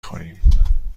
خوریم